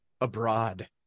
abroad